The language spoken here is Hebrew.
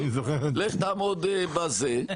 לך תעמוד ב- --.